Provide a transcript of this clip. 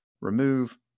remove